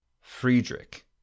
friedrich